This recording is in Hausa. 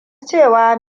cewa